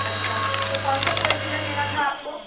अच्छा तो कौन सा फोर व्हीलर लेना था आपको